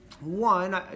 one